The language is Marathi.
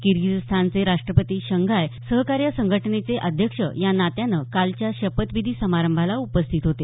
किर्गिजस्तानचे राष्ट्रपती शंघाय सहकार्य संघटनेचे अध्यक्ष या नात्यानं कालच्या शपथविधी समारंभाला उपस्थित होते